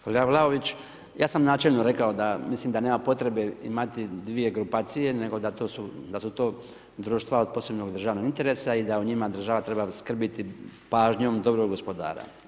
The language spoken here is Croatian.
Kolega Vlaović, ja sam načelno rekao da mislim da nema potrebe imati dvije grupacije, nego da su to društva od posebnog državnog interesa i da o njima država treba skrbiti pažnjom dobrog gospodara.